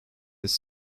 its